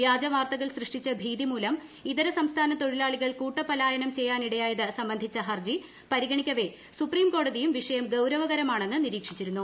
വ്യാജ വാർത്തകൾ സൃഷ്ടിച്ച ഭീതി മൂലം ഇതര സംസ്ഥാന തൊഴിലാളികൾ കൂട്ടപലായനം ചെയ്യാന്നിടയായത് സംബന്ധിച്ച ഹർജി പരിഗണിക്കവേ സുപ്രീം കൃക്കോടതിയും വിഷയം ഗൌരവകരമാണെന്ന് നിരീക്ഷിച്ചിരുന്നു